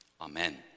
Amen